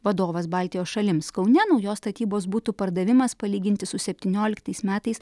vadovas baltijos šalims kaune naujos statybos butų pardavimas palyginti su septynioliktais metais